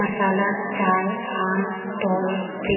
मसाला चाय आम तौर पे